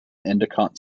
endicott